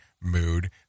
mood